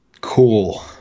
Cool